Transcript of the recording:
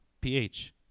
PH